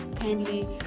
Kindly